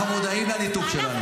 אנחנו מודעים לניתוק שלנו.